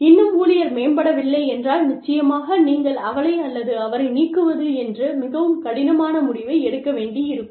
இன்னும் ஊழியர் மேம்படவில்லை என்றால் நிச்சயமாக நீங்கள் அவளை அல்லது அவரை நீக்குவது என்ற மிகவும் கடினமான முடிவை எடுக்க வேண்டியிருக்கும்